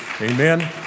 Amen